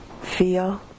feel